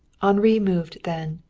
henri moved then.